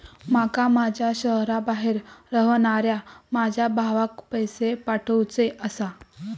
माका माझ्या शहराबाहेर रव्हनाऱ्या माझ्या भावाक पैसे पाठवुचे आसा